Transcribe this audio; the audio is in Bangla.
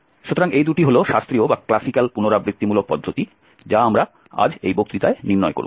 সুতরাং এই দুটি হল শাস্ত্রীয় পুনরাবৃত্তিমূলক পদ্ধতি যা আমরা আজ এই বক্তৃতায় নির্ণয় করব